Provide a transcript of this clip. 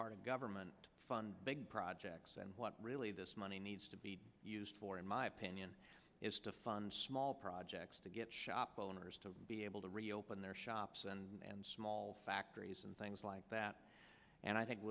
part of government funds big projects and what really this money needs to be used for in my opinion is to fund small projects to get shop owners to be able to reopen their shops and small factories and things like that and i think